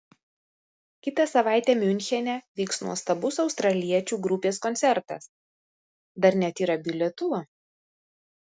kitą savaitę miunchene vyks nuostabus australiečių grupės koncertas dar net yra bilietų